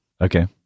Okay